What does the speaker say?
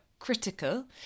critical